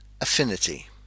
affinity